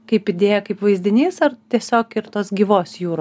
kaip idėja kaip vaizdinys ar tiesiog ir tos gyvos jūros